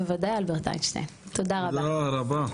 תודה רבה.